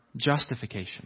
justification